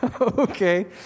Okay